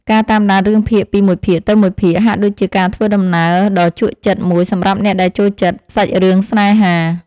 ការតាមដានរឿងភាគពីមួយភាគទៅមួយភាគហាក់ដូចជាការធ្វើដំណើរដ៏ជក់ចិត្តមួយសម្រាប់អ្នកដែលចូលចិត្តសាច់រឿងស្នេហា។